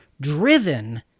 driven